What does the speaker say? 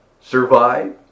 survive